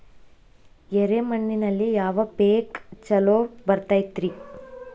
ಎರೆ ಮಣ್ಣಿನಲ್ಲಿ ಯಾವ ಪೇಕ್ ಛಲೋ ಬರತೈತ್ರಿ?